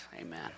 Amen